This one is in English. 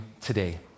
today